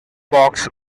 box